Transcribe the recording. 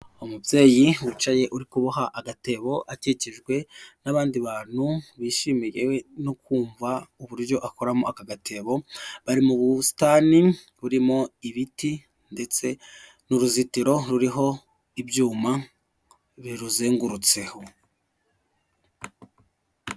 Umubyeyi wicaye uri kuboha agatebo akikijwe n'abandi bantu bishimiwe no kumva uburyo akoramo aka gatebo, bari mu busitani burimo ibiti ndetse n'uruzitiro ruriho ibyuma biruzengurutseho.